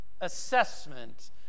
assessment